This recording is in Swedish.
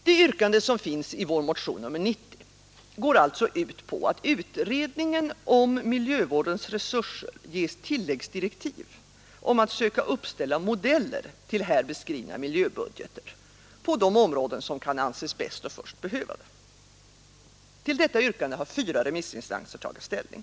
Det yrkande som finns i vår motion nr 90 går alltså ut på att utredningen av miljövårdens resurser ges tilläggsdirektiv om att söka uppställa modeller till här beskrivna miljöbudgeter på de områden som kan anses bäst och först behöva det. Till detta yrkande har fyra remissinstanser tagit ställning.